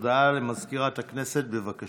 הודעה למזכירת הכנסת, בבקשה.